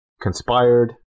conspired